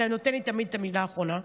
אתה נותן לי תמיד את המילה האחרונה.